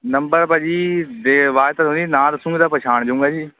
number ਭਾਅ ਜੀ ਦੇ ਆਵਾਜ਼ ਤਾਂ ਸੁਣੀ ਨਾਂ ਦੱਸੂਗੇ ਤਾਂ ਪਹਿਛਾਣ ਜੂੰਗਾ ਜੀ